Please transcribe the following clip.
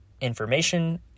information